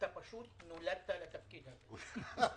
פשוט נולדת לתפקיד הזה.